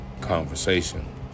conversation